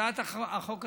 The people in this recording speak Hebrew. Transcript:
בהצעת החוק הזאת,